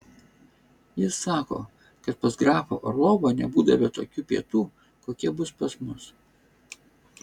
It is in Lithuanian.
jis sako kad pas grafą orlovą nebūdavę tokių pietų kokie bus pas mus